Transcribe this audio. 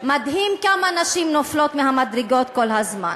מדהים כמה נשים נופלות מהמדרגות כל הזמן.